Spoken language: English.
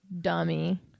dummy